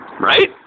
Right